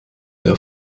der